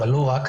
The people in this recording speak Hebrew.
אבל לא רק,